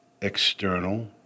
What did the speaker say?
external